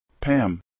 Pam